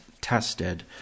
tested